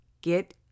get